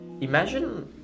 Imagine